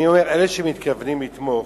אני אומר שאלה שמתכוונים לתמוך,